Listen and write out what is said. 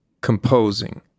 composing